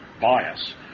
bias